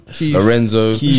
Lorenzo